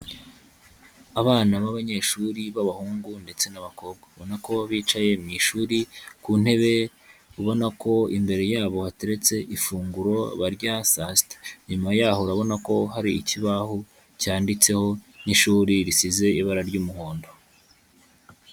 Abana b'abanyeshuri b'abahungu ndetse n'abakobwa, ubona ko bicaye mu ishuri ku ntebe, ubona ko imbere yabo hateretse ifunguro barya saa sita. Inyuma yaho urabona ko hari ikibaho cyanditseho n'ishuri risize ibara ry'umuhondo.